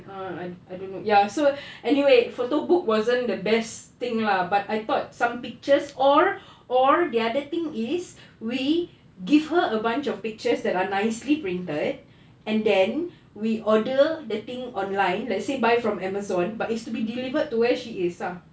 ah I don't I don't know ya so anyway photo book wasn't the best thing lah but I thought some pictures or or the other thing is we give her a bunch of pictures that are nicely printed and then we order the thing online say buy from amazon but it to be delivered to where she is ah